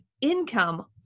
income